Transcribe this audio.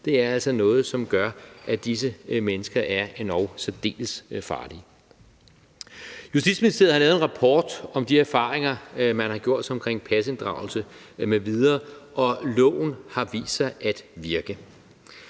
er altså noget, som gør, at disse mennesker er endog særdeles farlige. Justitsministeriet har lavet en rapport om de erfaringer, man har gjort sig, omkring pasinddragelse m.v., og loven har vist sig at virke.